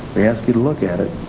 we ask you to look at it.